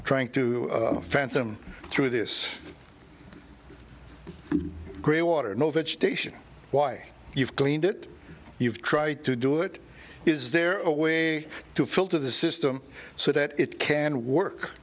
trying to plant them through this grey water no vegetation why you've cleaned it you've tried to do it is there a way to filter the system so that it can work